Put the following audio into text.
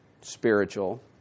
spiritual